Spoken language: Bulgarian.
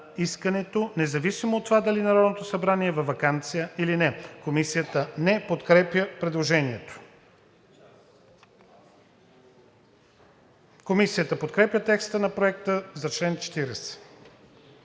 независимо от това дали Народното събрание е във ваканция или не.“ Комисията не подкрепя предложението. Комисията подкрепя текста на Проекта за чл. 40.